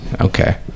okay